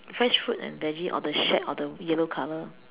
the fresh fruit and veggies or the shed or the yellow color